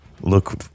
look